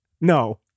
No